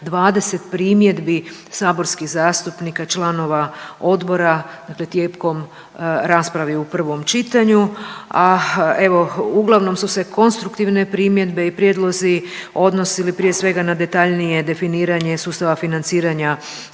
20 primjedbi saborskih zastupnika, članova Odbora tijekom rasprave u prvom čitanju, a evo, uglavnom su se konstruktivne primjedbe i prijedlozi odnosili, prije svega na detaljnije definiranje sustava financiranja